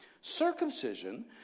Circumcision